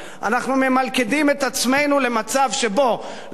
אנחנו ממלכדים את עצמנו למצב שבו לא נוכל